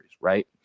Right